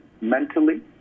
mentally